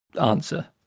answer